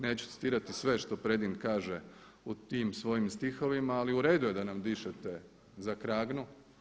Neću citati sve što Predin kaže u tim svojim stihovima, ali u redu je da nam dišete za kragnu.